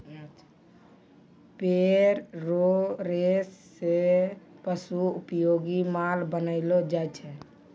पेड़ रो रेशा से पशु उपयोगी माल बनैलो जाय छै